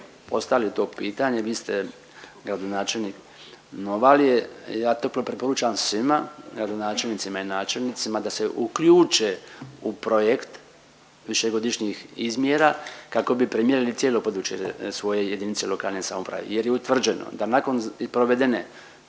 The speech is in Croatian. postavili to pitanje, vi ste gradonačelnik Novalje, ja toplo preporučam svima gradonačelnicima i načelnicima da se uključe u projekt višegodišnjih izmjera kako bi premjerili cijelo područje svoje JLS jer je utvrđeno da nakon provedene,